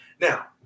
Now